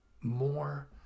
more